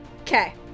Okay